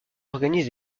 organise